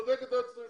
צודקת היועצת המשפטית.